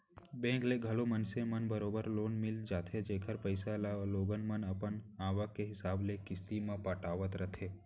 bank ले घलौ मनसे मन ल बरोबर लोन मिल जाथे जेकर पइसा ल लोगन मन अपन आवक के हिसाब ले किस्ती म पटावत रथें